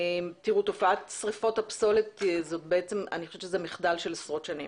תופעת שריפות הפסולת אני חושבת שזה מחדל של עשרות שנים,